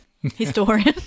Historian